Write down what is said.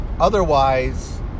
otherwise